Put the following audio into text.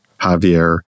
Javier